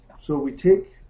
so we take